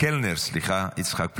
יצחק פינדרוס,